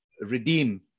redeem